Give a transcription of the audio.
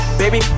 baby